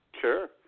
Sure